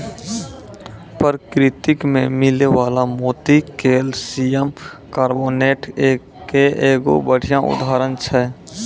परकिरति में मिलै वला मोती कैलसियम कारबोनेट के एगो बढ़िया उदाहरण छै